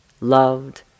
loved